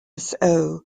either